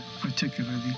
particularly